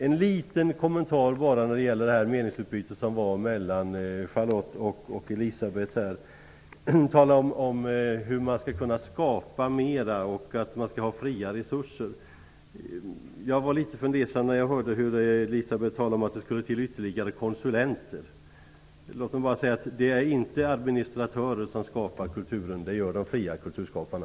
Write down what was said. En liten kommentar till meningsutbytet mellan Elisabeth Persson talade om att man skall kunna skapa mer och att man skall ha fria resurser. Jag blev litet fundersam när jag hörde att Elisabeth Persson tyckte att vi skulle ha ytterligare konsulenter. Låt mig säga att det inte är administratörer som skapar kulturen. Det gör de fria kulturskaparna.